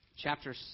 Chapter